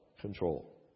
control